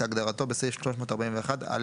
כהגדרתו בסעיף 341א(א).".